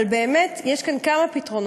אבל באמת יש כמה פתרונות.